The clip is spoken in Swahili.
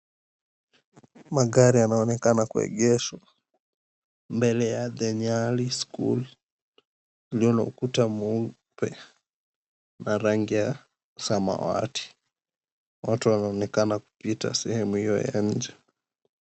Magari yana onekana kuegeshwa mbele ya The Nyali School kuna ukuta mweupe na rangi ya samawati watu wana onekana kupita sehumu hiyo ya inje.